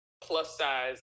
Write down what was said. plus-size